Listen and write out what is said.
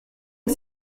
que